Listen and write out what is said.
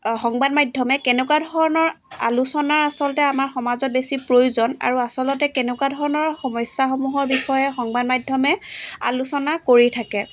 সংবাদ মাধ্যমে কেনেকুৱা ধৰণৰ আলোচনা আচলতে আমাৰ সমাজত বেছি প্ৰয়োজন আৰু আচলতে কেনেকুৱা ধৰণৰ সমস্যাসমূহৰ বিষয়ে সংবাদ মাধ্যমে আলোচনা কৰি থাকে